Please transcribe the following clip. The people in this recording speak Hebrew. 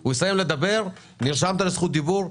הוא יסיים לדבר נרשמת לזכות דיבור,